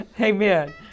Amen